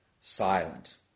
silent